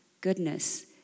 goodness